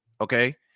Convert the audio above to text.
Okay